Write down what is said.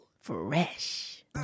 fresh